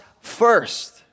first